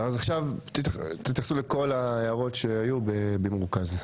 תתייחסו לכל ההערות שהיו במרוכז.